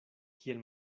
kiel